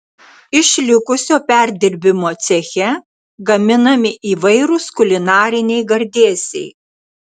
iš likusio perdirbimo ceche gaminami įvairūs kulinariniai gardėsiai